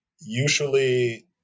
usually